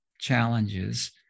challenges